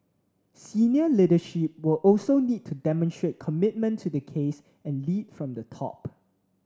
senior leadership will also need to demonstrate commitment to the case and lead from the top